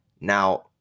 Now